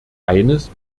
eines